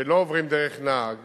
שלא עוברים דרך נהג